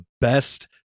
best